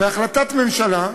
בהחלטת ממשלה,